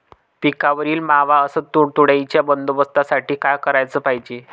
पिकावरील मावा अस तुडतुड्याइच्या बंदोबस्तासाठी का कराच पायजे?